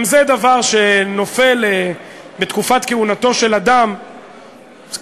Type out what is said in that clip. גם זה דבר שנופל בתקופת כהונתו של אדם כמעט,